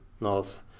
north